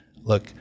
look